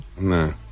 No